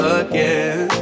again